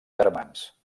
germans